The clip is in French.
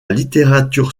littérature